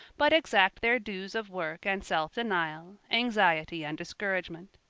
but exact their dues of work and self-denial, anxiety and discouragement.